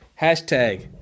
hashtag